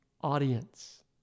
audience